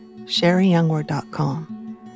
SherryYoungWord.com